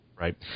Right